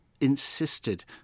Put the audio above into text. insisted